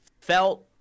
felt